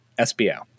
SBO